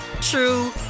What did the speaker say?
true